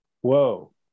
whoa